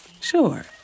Sure